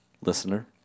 Listener